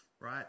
right